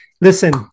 listen